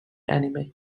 anime